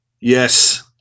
Yes